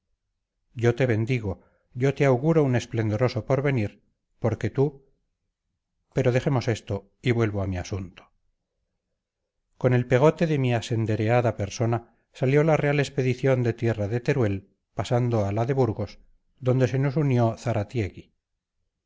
yo te bendigo yo te auguro un esplendoroso porvenir porque tú pero dejemos esto y vuelvo a mi asunto con el pegote de mi asendereada persona salió la real expedición de tierra de teruel pasando a la de burgos donde se nos unió